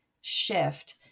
shift